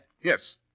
Yes